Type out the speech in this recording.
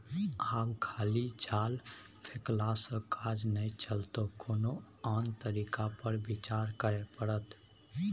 आब खाली जाल फेकलासँ काज नहि चलतौ कोनो आन तरीका पर विचार करय पड़त